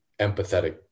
empathetic